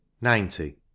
ninety